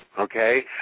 Okay